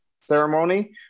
ceremony